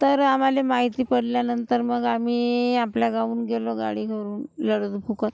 तर आम्हाला माहिती पडल्यानंतर मग आम्ही आपल्या गावाहून गेलो गाडी करून रडत फुकत